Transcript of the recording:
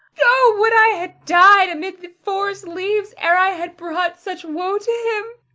oh, would i had died amid the forest leaves ere i had brought such woe to him,